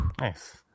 nice